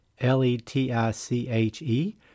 L-E-T-I-C-H-E